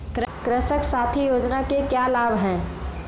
कृषक साथी योजना के क्या लाभ हैं?